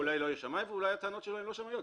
אולי לא יהיה שמאי ואולי הטענות שלו הן לא שמאיות.